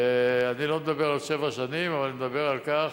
ואני לא מדבר על שבע שנים, אבל אני מדבר על כך